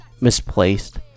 misplaced